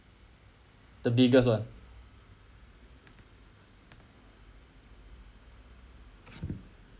the biggest one